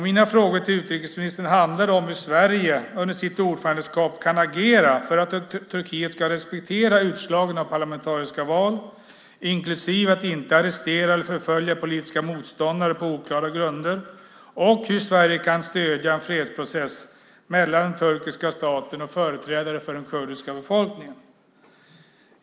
Mina frågor till utrikesministern handlar om hur Sverige under sitt ordförandeskap kan agera för att Turkiet ska respektera utslagen av parlamentariska val inklusive att inte arrestera eller förfölja politiska motståndare på oklara grunder och hur Sverige kan stödja en fredsprocess mellan den turkiska staten och företrädare för den kurdiska befolkningen.